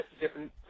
different